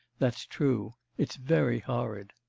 that's true. it's very horrid.